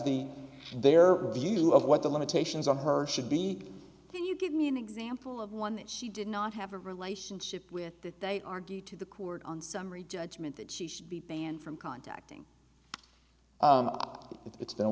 the their view of what the limitations on her should be do you give me an example of one that she did not have a relationship where they argue to the court on summary judgment that she should be banned from contacting you it's been a